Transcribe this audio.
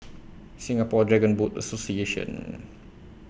Singapore Dragon Boat Association